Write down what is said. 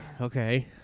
okay